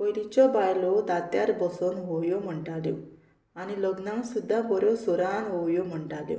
पयलींच्यो बायलो दांत्यार बसोन होंयो म्हणटाल्यो आनी लग्नांक सुद्दां बऱ्यो सुरान व्होंवयो म्हणटाल्यो